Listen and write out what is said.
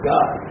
God